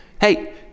Hey